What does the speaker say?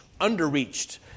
under-reached